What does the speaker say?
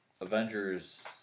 Avengers